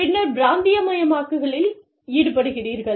பின்னர் பிராந்தியமயமாக்களில் ஈடுபடுகிறீர்கள்